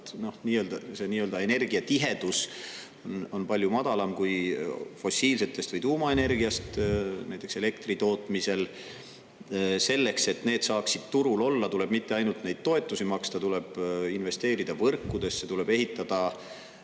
see nii-öelda energiatihedus on palju madalam kui fossiilsetest või tuumaenergiast näiteks elektri tootmisel. Selleks, et need saaksid turul olla, tuleb mitte ainult neid toetusi maksta, tuleb investeerida võrkudesse, tuleb ehitada